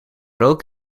rook